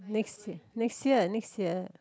next next year next year